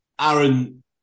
Aaron